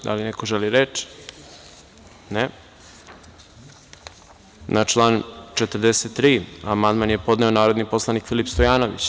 Da li neko želi reč? (Ne) Na član 42. amandman je podneo narodni poslanik Filip Stojanović.